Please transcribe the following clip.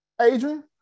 Adrian